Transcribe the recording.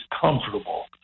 comfortable